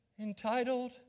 entitled